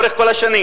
לאורך כל השנים,